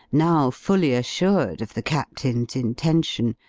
now fully assured of the captain's intention,